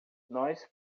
nós